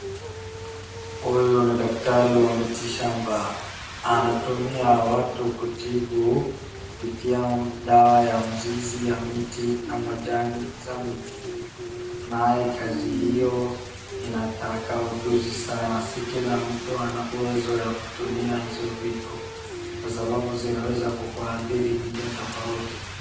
Huyu ni daktari wa mitishamba. Anatumia watu kutibu, kupitia dawa ya mzizi ya miti na majani za miti. Naye kazi hiyo inataka ujuzi sana. Si kila mtu ana uwezo ya kutumia hizo vitu, kwa sababu zinaweza kukuathiri njia tofauti.